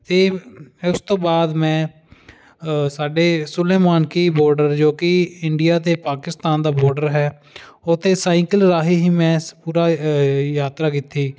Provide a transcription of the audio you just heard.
ਅਤੇ ਉਸ ਤੋਂ ਬਾਅਦ ਮੈਂ ਸਾਡੇ ਸੁਲੇਮਾਨਕੀ ਬਾਰਡਰ ਜੋ ਕਿ ਇੰਡੀਆ ਅਤੇ ਪਾਕਿਸਤਾਨ ਦਾ ਬਾਰਡਰ ਹੈ ਉਥੇ ਸਾਈਕਲ ਰਾਹੀਂ ਹੀ ਮੈਂ ਪੂਰਾ ਯਾਤਰਾ ਕੀਤੀ